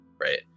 right